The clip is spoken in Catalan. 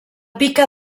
pica